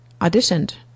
auditioned